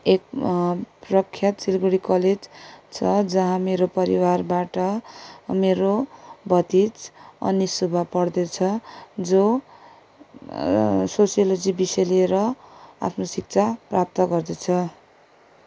एक प्रख्यात सिलगढी कलेज छ जहाँ मेरो परिवारबाट मेरो भतिज अनिष सुब्बा पढ्दैछ जो सोसियोलजी विषय लिएर आफ्नो शिक्षा प्राप्त गर्दैछ